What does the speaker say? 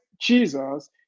Jesus